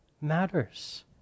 matters